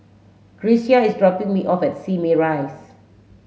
Grecia is dropping me off at Simei Rise